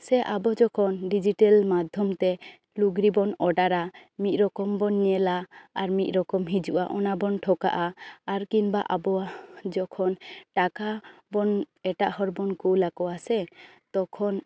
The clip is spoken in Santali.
ᱥᱮ ᱟᱵᱚ ᱡᱚᱠᱷᱚᱱ ᱰᱤᱡᱤᱴᱮᱞ ᱢᱟᱫᱷᱚᱢ ᱛᱮ ᱞᱩᱜᱽᱲᱤ ᱵᱚᱱ ᱳᱰᱟᱨᱟ ᱢᱤᱫ ᱨᱚᱠᱚᱢ ᱧᱮᱞᱟ ᱟᱨ ᱢᱤᱫ ᱨᱚᱠᱚᱢ ᱦᱤᱡᱩᱜᱼᱟ ᱚᱱᱟ ᱵᱚᱱ ᱴᱷᱤᱠᱟᱜᱼᱟ ᱟᱨ ᱠᱤᱢᱵᱟ ᱟᱵᱚᱭᱟᱜ ᱡᱚᱠᱷᱚᱱ ᱴᱟᱠᱟ ᱵᱚᱱ ᱮᱴᱟᱜ ᱦᱚᱲ ᱵᱚᱱ ᱠᱩᱞᱟᱠᱚᱭᱟ ᱥᱮ ᱛᱚᱠᱷᱚᱱ